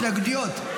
התנגדויות.